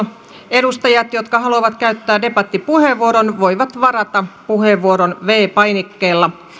edustajat jotka haluavat käyttää debattipuheenvuoron voivat varata puheenvuoron viidennellä painikkeella